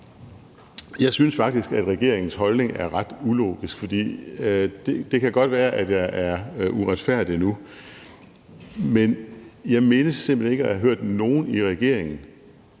Jeg synes faktisk, at regeringens holdning er ret ulogisk, og det kan godt være, at jeg nu er uretfærdig. Men jeg mindes simpelt hen ikke at have hørt nogen i regeringen